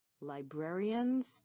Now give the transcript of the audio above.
Librarians